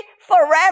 forever